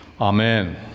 Amen